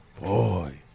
Boy